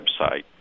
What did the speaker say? website